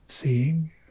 seeing